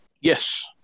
yes